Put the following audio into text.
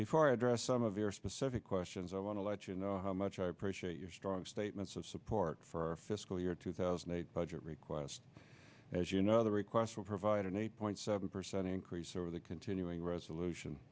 before i address some of your specific questions i want to let you know how much i appreciate your strong statements of support for fiscal year two thousand and eight budget request as you know the request will provide an eight point seven percent increase over the continuing resolution